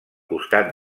costat